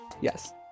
Yes